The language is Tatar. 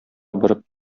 борып